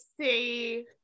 see